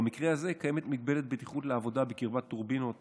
שבמקרה הזה קיימת מגבלת בטיחות לעבודה בקרבת טורבינות